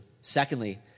Secondly